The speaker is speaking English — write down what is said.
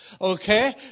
Okay